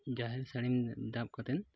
ᱡᱟᱦᱮᱨ ᱥᱟᱹᱲᱤᱢ ᱫᱟᱵ ᱠᱟᱛᱮᱫ